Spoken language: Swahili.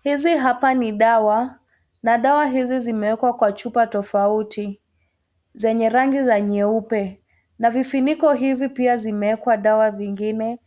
Hizi hapa ni dawa na dawa hizi zimewekwa kwa chupa tofauti, zenye rangi za nyeupe. Na vifuniko hivi pia zimewekwa dawa vingine